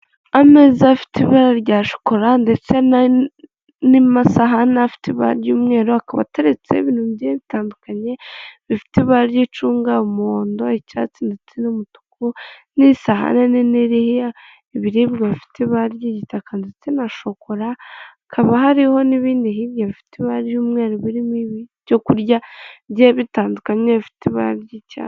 Ameza afite ibara rya shokora ndetse n'amasahani afite ibara ry'umweru, akaba ateretse ibintu bigiye bitandukanye, bifite ibara ry'icunga, umuhondo, icyatsi ndetse n'umutuku n'isahani nini ririya ibiribwa bafite ibara ry'igitaka ndetse na shokora, hakaba hariho n'ibindi hirya bifite ibara ry'umweru birimo ibyo kurya, bigiye bitandukanye bifite ibara ry'icyayi.